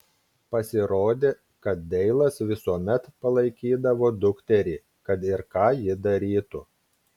pasirodė kad deilas visuomet palaikydavo dukterį kad ir ką ji darytų